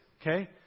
okay